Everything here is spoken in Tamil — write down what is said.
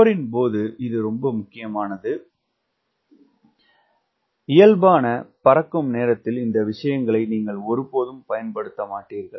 போரின் போது இது முக்கியமானது இயல்பான பறக்கும் நேரத்தில் இந்த விஷயங்களை நீங்கள் ஒருபோதும் பயன்படுத்த விரும்ப மாட்டீர்கள்